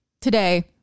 today